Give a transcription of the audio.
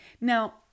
Now